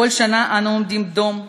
בכל שנה אנו עומדים דום,